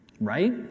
right